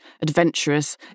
adventurous